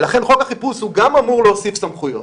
ולכן חוק החיפוש אמור גם להוסיף סמכויות